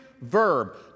verb